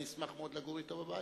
ואני אשמח מאוד לגור אתו בבית,